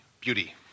beauty